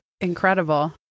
incredible